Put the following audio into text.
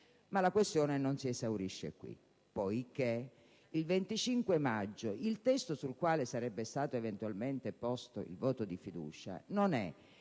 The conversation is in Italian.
Ma la questione non si esaurisce qui, poiché il 25 maggio il testo sul quale sarebbe stato eventualmente apposto il voto di fiducia non è